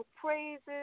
praises